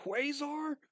Quasar